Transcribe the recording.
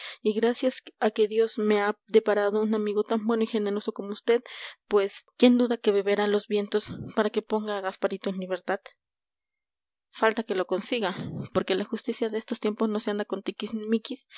y gracias a que dios me ha deparado un amigo tan bueno y generoso como vd pues quién duda que beberá los vientos para que pongan a gasparito en libertad falta que lo consiga porque la justicia de estos tiempos no se anda con tiquis